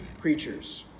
creatures